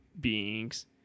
beings